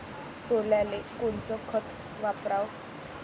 सोल्याले कोनचं खत वापराव?